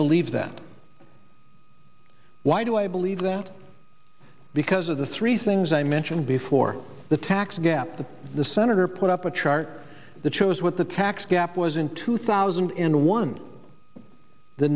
believe that why do i believe that because of the three things i mentioned before the tax gap that the senator put up a chart that shows what the tax gap was in two thousand and one the